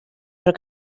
però